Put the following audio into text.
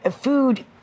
food